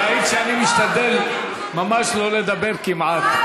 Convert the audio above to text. ראית שאני משתדל ממש לא לדבר כמעט.